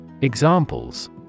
Examples